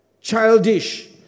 Childish